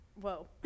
whoa